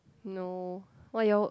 no why you all work